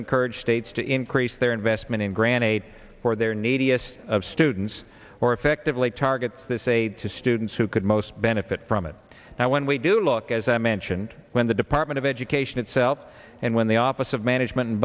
encourage states to increase their investment in granted for their neediest of students more effectively targets this aid to students who could most benefit from it now when we do look as i mentioned when the department of education itself and when the office of management and